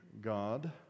God